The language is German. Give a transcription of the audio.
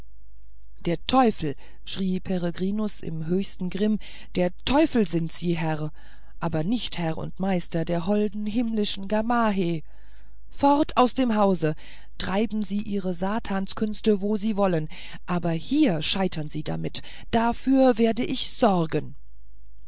der teufel schrie peregrinus im höchsten grimm der teufel sind sie herr aber nicht herr und meister der holden himmlischen gamaheh fort aus dem hause treiben sie ihre satanskünste wo sie wollen aber hier scheitern sie damit dafür werde ich sorgen